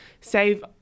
save